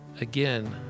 again